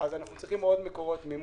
עוד מקורות מימון.